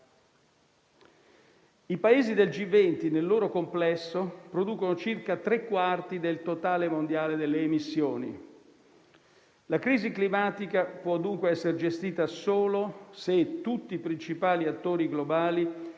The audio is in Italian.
I Paesi del G20 nel loro complesso producono circa tre quarti del totale mondiale delle emissioni; la crisi climatica può dunque essere gestita solo se tutti i principali attori globali